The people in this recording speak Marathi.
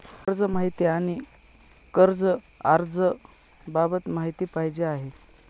कर्ज माहिती आणि कर्ज अर्ज बाबत माहिती पाहिजे आहे